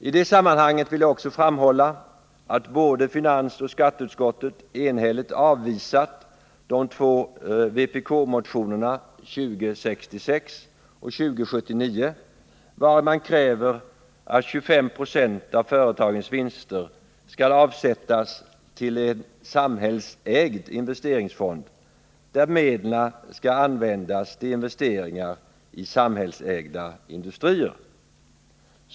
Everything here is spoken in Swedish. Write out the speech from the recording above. I det sammanhanget vill jag också framhålla att både finansoch skatteutskottet enhälligt har avvisat de två vpk-motionerna 2066 och 2079, vari man kräver att 25 26 av företagens vinster skall avsättas till en samhällsägd investeringsfond, där medlen skall användas till investeringar i samhällsägda industrier.